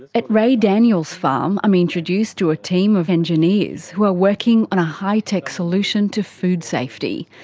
at ray daniel's farm, i'm introduced to a team of engineers who are working on a high tech solution to food safety.